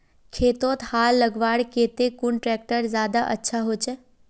खेतोत हाल लगवार केते कुन ट्रैक्टर ज्यादा अच्छा होचए?